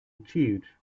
achieved